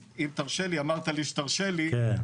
להתייחס.